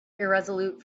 irresolute